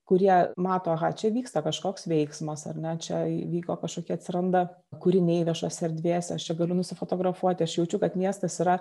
kurie mato aha čia vyksta kažkoks veiksmas ar ne čia įvyko kažkokie atsiranda kūriniai viešose erdvėse aš čia galiu nusifotografuoti aš jaučiu kad miestas yra